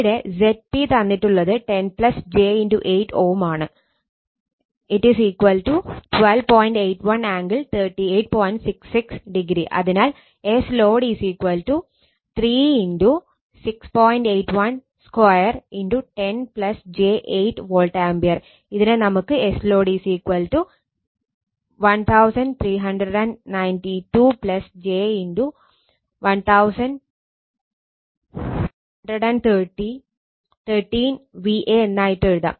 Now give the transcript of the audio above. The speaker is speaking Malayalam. ഇവിടെ Zp തന്നിട്ടുള്ളത് VA എന്നായി എഴുതാം